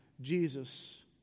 Jesus